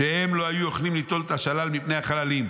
"שהם לא היו יכולים ליטול את השלל מפני החללים,